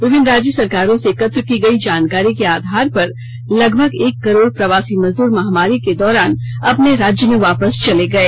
विभिन्न राज्य सरकारों से एकत्र की गई जानकारी के आधार पर लगभग एक करोड प्रवासी मजदूर महामारी के दौरान अपने राज्य में यापस चले गए